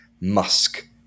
Musk